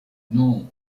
non